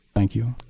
thank you.